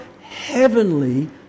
heavenly